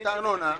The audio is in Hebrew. את ארנונה.